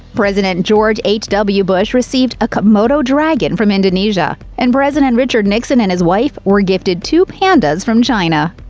president george h. w. bush received a komodo dragon from indonesia, and president richard nixon and his wife were gifted two pandas from china.